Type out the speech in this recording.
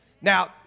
Now